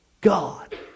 God